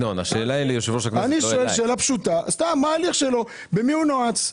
אני שואל שאלה פשוטה מה ההליך שלו, במי הוא נועץ?